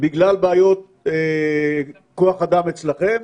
בגלל בעיות כוח אדם אצלכם?